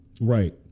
Right